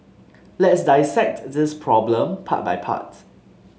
let's dissect this problem part by part